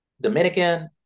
Dominican